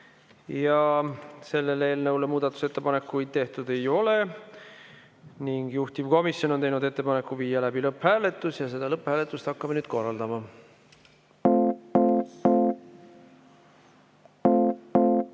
Selle eelnõu kohta muudatusettepanekuid tehtud ei ole ning juhtivkomisjon on teinud ettepaneku viia läbi lõpphääletus. Seda lõpphääletust hakkamegi nüüd korraldama.